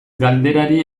galderari